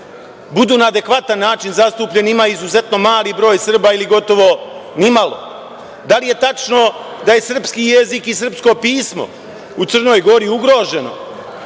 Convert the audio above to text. budu na adekvatan način zastupljeni? Ima izuzetno mali broj Srba ili gotovo nimalo. Da li je tačno da je srpski jezik i srpsko pismo u Crnoj Gori ugroženo?